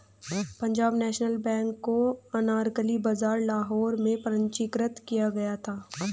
Punjab national bank को अनारकली बाजार लाहौर में पंजीकृत किया गया था